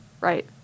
right